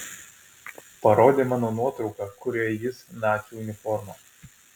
parodė mano nuotrauką kurioje jis nacių uniforma